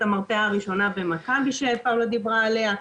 המרפאה הראשונה במכבי שפאולה דיברה עליה.